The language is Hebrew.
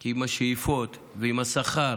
עם השאיפות ועם השכר